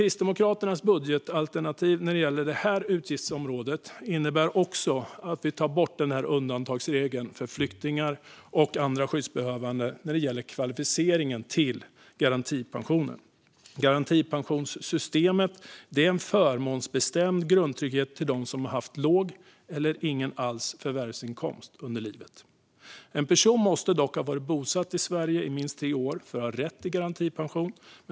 Kristdemokraternas budgetalternativ när det gäller detta utgiftsområde innebär också att vi tar bort undantagsregeln för flyktingar och andra skyddsbehövande när det gäller kvalificeringen till garantipension. Garantipensionssystemet är en förmånsbestämd grundtrygghet för dem som haft låg eller ingen förvärvsinkomst under livet. En person måste dock ha varit bosatt i Sverige i minst tre år för att ha rätt till garantipension.